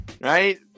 Right